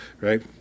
right